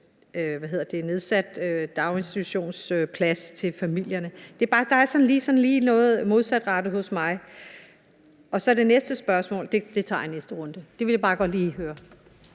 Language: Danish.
nedsat daginstitutionsplads til familierne er der bare lige sådan noget modsatrettet for mig. Og så er der det næste spørgsmål, men det tager jeg i næste omgang – så det her vil jeg bare godt lige høre.